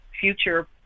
future